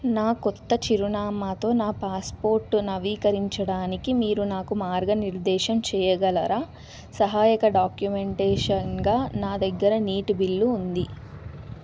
నా కొత్త చిరునామాతో నా పాస్పోర్ట్ నవీకరించడానికి మీరు నాకు మార్గనిర్దేశం చెయ్యగలరా సహాయక డాక్యుమెంటేషన్గా నా దగ్గర నీటి బిల్లు ఉంది